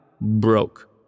broke